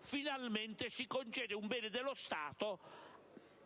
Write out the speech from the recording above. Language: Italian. finalmente, un bene dello Stato